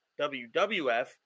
WWF